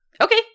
Okay